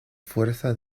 fuerza